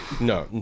No